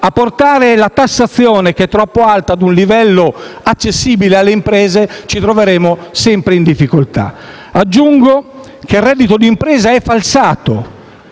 a portare la tassazione, che è troppo alta, ad un livello accessibile alle imprese, ci troveremo sempre in difficoltà. Aggiungo che il reddito d'impresa è falsato,